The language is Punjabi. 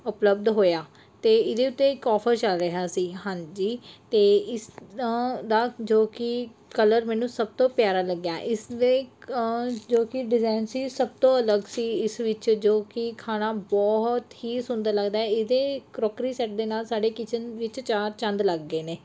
ਉਪਲੱਬਧ ਹੋਇਆ ਅਤੇ ਇਹਦੇ ਉੱਤੇ ਇੱਕ ਔਫਰ ਚੱਲ ਰਿਹਾ ਸੀ ਹਾਂਜੀ ਅਤੇ ਇਸ ਦਾ ਦਾ ਜੋ ਕਿ ਕਲਰ ਮੈਨੂੰ ਸਭ ਤੋਂ ਪਿਆਰਾ ਲੱਗਿਆ ਇਸਦੇ ਜੋ ਕਿ ਡਿਜ਼ਾਈਨ ਸੀ ਸਭ ਤੋਂ ਅਲੱਗ ਸੀ ਇਸ ਵਿੱਚ ਜੋ ਕਿ ਖਾਣਾ ਬਹੁਤ ਹੀ ਸੁੰਦਰ ਲੱਗਦਾ ਇਹਦੇ ਕਰੋਕਰੀ ਸੈੱਟ ਦੇ ਨਾਲ ਸਾਡੇ ਕਿਚਨ ਵਿੱਚ ਚਾਰ ਚੰਦ ਲੱਗ ਗਏ ਨੇ